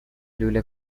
لوله